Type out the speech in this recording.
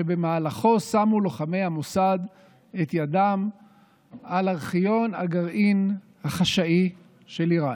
שבמהלכו שמו לוחמי המוסד את ידם על ארכיון הגרעין החשאי של איראן.